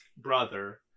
brother